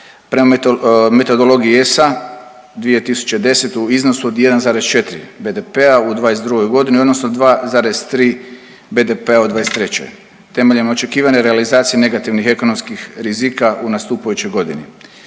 prema metodologiji ESA 2010 u iznosu od 1,4 BDP-a u '22.g. odnosno 2,3 BDP-a u '23. temeljem očekivane realizacije negativnih ekonomskih rizika u nastupajućoj godini.